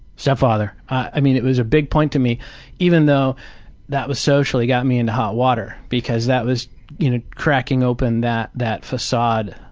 stepfather. i mean it was a big point to me even though that was socially got me and hot water. because that was you know cracking open that that facade.